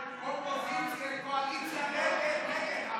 ההצעה להעביר לוועדה את הצעת חוק הגנת הצרכן (תיקון,